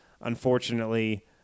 Unfortunately